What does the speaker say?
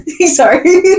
Sorry